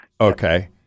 Okay